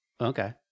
Okay